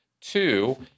Two